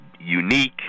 unique